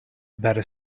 better